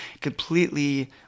completely